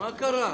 מה קרה?